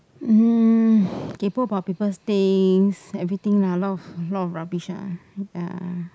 um kaypoh about people things everything lah a lot of a lot of rubbish lah ya